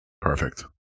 perfect